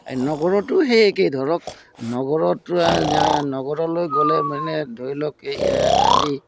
এই নগৰতো সেই একেই ধৰক নগৰত নগৰলৈ গ'লে মানে ধৰি লওক এই আজি